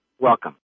welcome